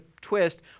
twist